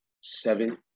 seven